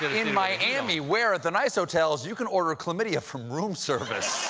in miami, where, at the nice hotels, you can order chlamydia from room service.